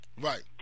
Right